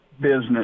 business